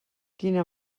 quina